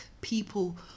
people